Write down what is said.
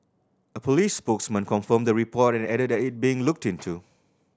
a police spokesman confirmed the report and added that it being looked into